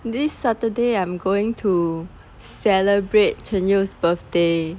this saturday I'm going to celebrate cheng you's birthday